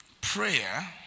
prayer